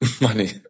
money